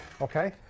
Okay